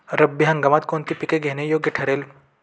रब्बी हंगामात कोणती पिके घेणे योग्य ठरेल?